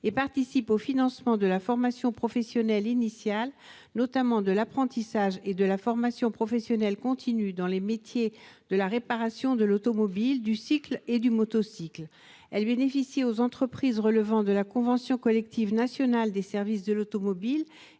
et participe au financement de la formation professionnelle initiale, notamment de l'apprentissage, et de la formation professionnelle continue dans les métiers de la réparation de l'automobile, du cycle et du motocycle. Elle bénéficie aux entreprises relevant de la convention collective nationale des services de l'automobile